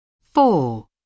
Four